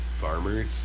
farmers